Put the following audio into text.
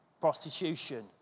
Prostitution